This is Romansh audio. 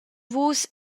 vus